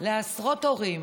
לעשרות הורים